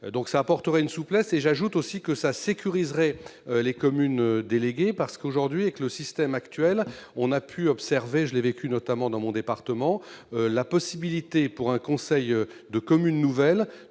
Cela apporterait une souplesse. J'ajoute que cela sécuriserait les communes déléguées, parce que, avec le système actuel, on a pu observer- je l'ai vécu notamment dans mon département -la possibilité pour un conseil de commune nouvelle